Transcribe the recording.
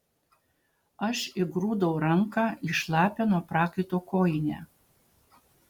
aš įgrūdau ranką į šlapią nuo prakaito kojinę